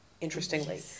interestingly